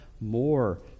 more